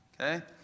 Okay